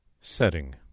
Setting